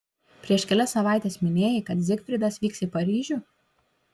prieš kelias savaites minėjai kad zigfridas vyks į paryžių